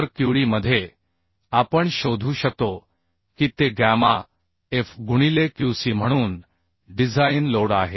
तर Qd मध्ये आपण शोधू शकतो की ते गॅमा f गुणिले Qc म्हणून डिझाइन लोड आहे